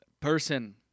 Person